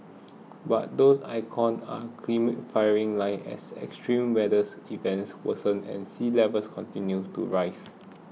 but these icons are climate firing line as extreme weathers events worsen and sea levels continue to rise